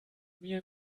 mir